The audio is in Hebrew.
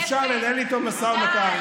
אפשר לנהל איתו משא ומתן.